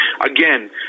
again